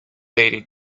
lady